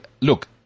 look